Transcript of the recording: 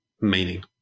meaning